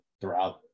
throughout